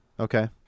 Okay